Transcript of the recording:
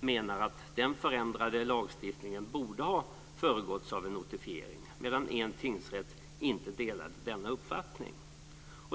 menar att den förändrade lagstiftningen borde ha föregåtts av en notifiering, medan en tingsrätt inte delar denna uppfattning.